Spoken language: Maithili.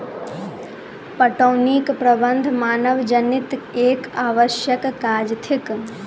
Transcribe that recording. पटौनीक प्रबंध मानवजनीत एक आवश्यक काज थिक